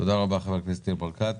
תודה רבה חבר הכנסת ניר ברקת.